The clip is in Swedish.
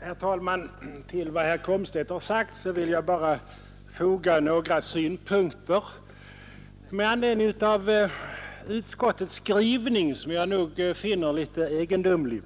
Herr talman! Till vad herr Komstedt har sagt vill jag bara foga några synpunkter med anledning av utskottets skrivning, som jag finner litet egendomlig.